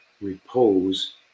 repose